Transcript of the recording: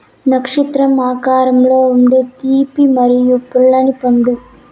నక్షత్రం ఆకారంలో ఉండే తీపి మరియు పుల్లని పండు